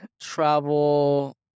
travel